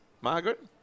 Margaret